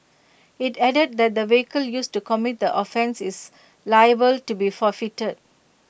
IT added that the vehicle used to commit the offence is liable to be forfeited